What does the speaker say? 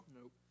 Nope